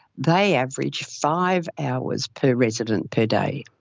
they average five hours per resident per day.